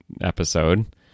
episode